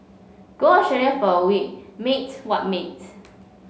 go Australia for a week mate what mate